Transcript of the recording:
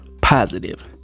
positive